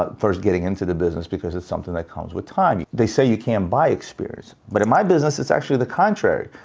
ah first getting into the business because it's something that comes with time. they say you can't buy experience. but in my business, it's actually the contrary.